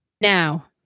Now